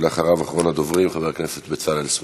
אחריו, אחרון הדוברים, חבר הכנסת בצלאל סמוטריץ.